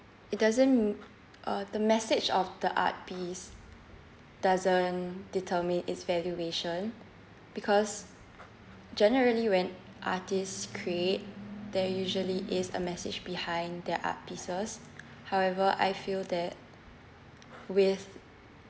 it doesn't uh the message of the art piece doesn't determine its valuation because generally when artists create there usually is a message behind their art pieces however I feel that with